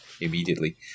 immediately